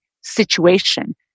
situation